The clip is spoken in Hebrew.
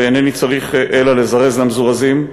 ואינני צריך אלא לזרז למזורזין,